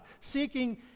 seeking